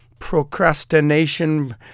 procrastination